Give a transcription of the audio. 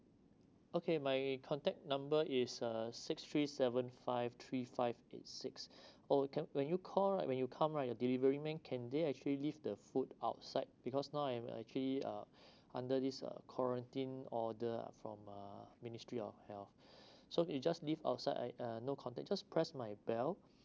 okay my contact number is uh six three seven five three five eight six oh can when you call like when you come right your delivery man can they actually leave the food outside because now I'm actually uh under this uh quarantine order ah form uh ministry of health so you just leave outside I uh no contact just press my bell